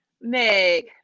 Meg